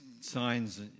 signs